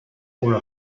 for